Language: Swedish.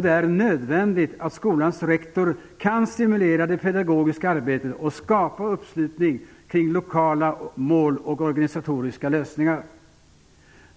Det är nödvändigt att skolans rektor kan stimulera det pedagogiska arbetet och skapa uppslutning kring lokala mål och organisatoriska lösningar.